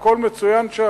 הכול מצוין שם,